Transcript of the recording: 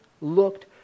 looked